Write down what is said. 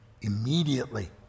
immediately